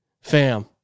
Fam